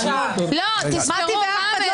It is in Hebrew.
הצבעה לא